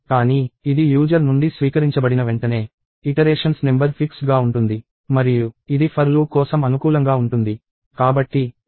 కానీ ఇది యూజర్ నుండి స్వీకరించబడిన వెంటనే ఇటరేషన్స్ నెంబర్ ఫిక్స్డ్ గా ఉంటుంది మరియు ఇది for లూప్ కోసం అనుకూలంగా ఉంటుంది